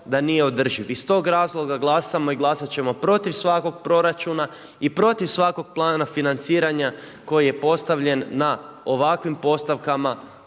da nije održiv. Iz tog razloga glasamo i glasat ćemo protiv svakog proračuna i protiv svakog plana financiranja koji je postavljen na ovakvim postavkama